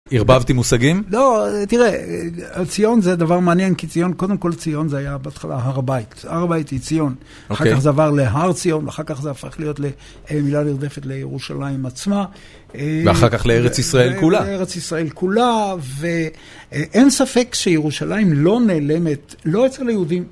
ערבבתי מושגים? לא, תראה, ציון זה דבר מעניין, כי ציון, קודם כל ציון זה היה בהתחלה הר בית, הר בית היא ציון. אחר כך זה עבר להר ציון, אחר כך זה הפך להיות מילה נרדפת לירושלים עצמה. ואחר כך לארץ ישראל כולה. לארץ ישראל כולה, ואין ספק שירושלים לא נעלמת, לא אצל היהודים.